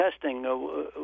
testing